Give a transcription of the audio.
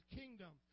kingdom